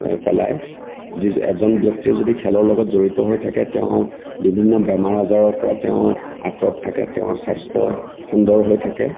পেলায় যিজ এজন ব্যক্তিয়ে যদি খেলৰ লগত জড়িত হৈ থাকে তেওঁ বিভন্ন বেমাৰ আজাৰৰ পৰা তেওঁ আঁতৰত থাকে তেওঁৰ স্বাস্থ্য সুন্দৰ হৈ থাকে